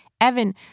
Evan